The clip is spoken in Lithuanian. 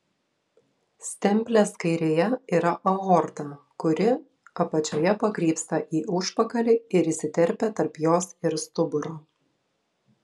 stemplės kairėje yra aorta kuri apačioje pakrypsta į užpakalį ir įsiterpia tarp jos ir stuburo